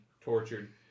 tortured